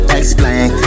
explain